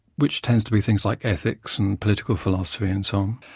which tends to be things like ethics and political philosophy and so um